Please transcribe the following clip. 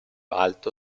alto